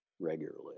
regularly